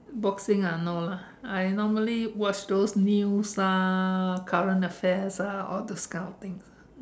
boxing ah no lah I normally watch those news ah current affairs ah all these kind of things